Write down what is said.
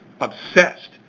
obsessed